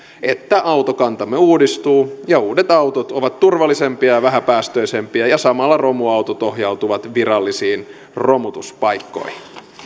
että autokantamme uudistuu ja uudet autot ovat turvallisempia ja ja vähäpäästöisempiä ja samalla romuautot ohjautuvat virallisiin romutuspaikkoihin